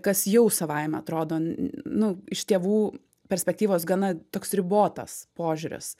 kas jau savaime atrodo nu iš tėvų perspektyvos gana toks ribotas požiūris